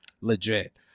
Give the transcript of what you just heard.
legit